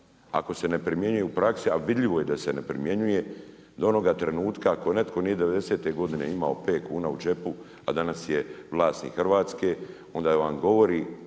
ako se ne primjenjuje u praksi, a vidljivo je da se ne primjenjuje, do onoga trenutka ako netko nije devedesete godine imao pet kuna u džepu a danas je vlasnik Hrvatske, onda vam govori